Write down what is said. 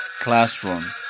classroom